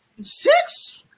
six